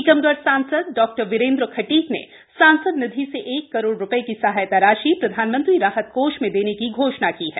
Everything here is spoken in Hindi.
टीकमगढ़ सांसद डॉ वीरेंद्र खटीक ने सांसद निधि से एक करोड़ रुपए की सहायता राशि प्रधानमंत्री राहत कोष में देने की घोषणा की है